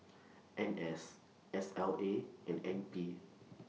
N S S L A and N P